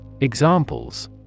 Examples